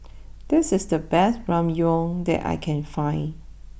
this is the best Ramyeon that I can find